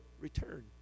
return